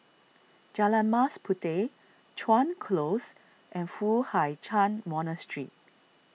Jalan Mas Puteh Chuan Close and Foo Hai Ch'an Monastery